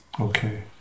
Okay